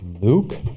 Luke